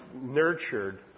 nurtured